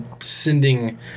sending